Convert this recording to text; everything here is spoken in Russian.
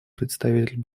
представитель